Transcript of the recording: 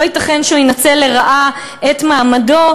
לא ייתכן שהוא ינצל לרעה את מעמדו,